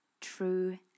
true